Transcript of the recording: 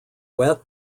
wet